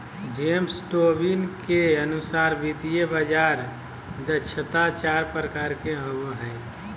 James Tobin के अनुसार वित्तीय बाजार दक्षता चार प्रकार के होवो हय